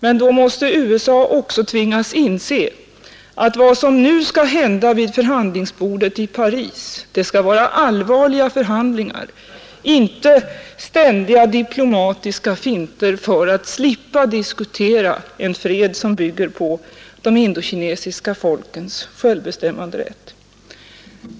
Men då måste USA också tvingas inse att vad som nu skall hända vid förhandlingsbordet i Paris skall vara allvarliga förhandlingar, inte ständiga diplomatiska finter för att slippa diskutera en fred som bygger på de indokinesiska folkens självbestämmanderätt.